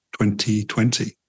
2020